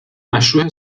مشروح